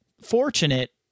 fortunate